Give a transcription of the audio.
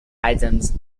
items